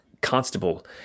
constable